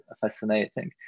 fascinating